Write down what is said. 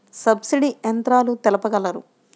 Subsidy యంత్రాలు తెలుపగలరు?